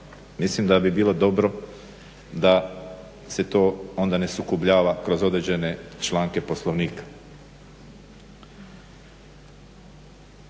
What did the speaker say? mislim da bi bilo dobro da se to onda ne sukobljava kroz određene članke Poslovnika.